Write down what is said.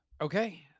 Okay